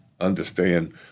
understand